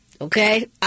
okay